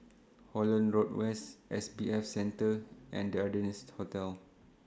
Holland Road West S B F Center and The Ardennes Hotel